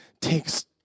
takes